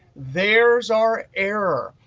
there is our error.